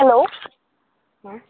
hello